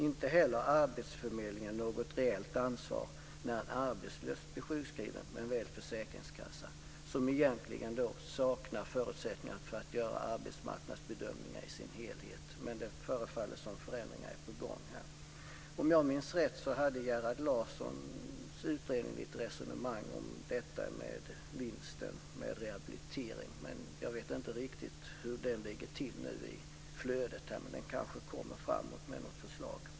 Inte heller arbetsförmedlingen har något reellt ansvar när en arbetslös blir sjukskriven men väl försäkringskassan, som egentligen då saknar förutsättningar att göra arbetsmarknadsbedömningar i dess helhet. Men det förefaller som om förändringar är på gång i detta sammanhang. Om jag minns rätt fördes det i Gerhard Larssons utredning ett resonemang om vinsten med rehabilitering. Men jag vet inte riktigt hur den ligger till i flödet, men den kanske kommer med något förslag.